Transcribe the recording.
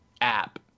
app